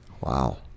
Wow